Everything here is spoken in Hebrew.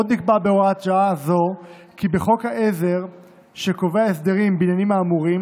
עוד נקבע בהוראת שעה זו כי בחוק העזר שקובע הסדרים בעניינים האמורים